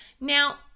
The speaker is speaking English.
now